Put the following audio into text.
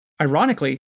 Ironically